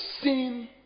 seen